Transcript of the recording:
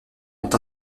ont